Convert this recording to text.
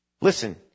Listen